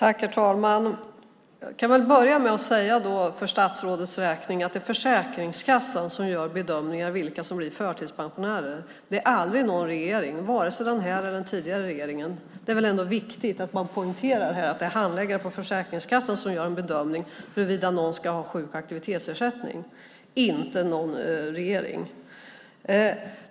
Herr talman! Jag kan börja med att säga till statsrådet att det är Försäkringskassan som gör bedömningen av vilka som blir förtidspensionärer. Det är aldrig regeringen, varken den nuvarande eller den tidigare. Det är viktigt att poängtera att det är handläggare på Försäkringskassan som gör bedömningen huruvida någon ska ha sjuk och aktivitetsersättning, inte regeringen.